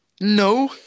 no